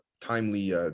timely